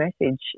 message